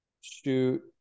shoot